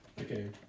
Okay